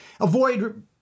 avoid